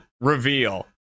reveal